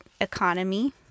economy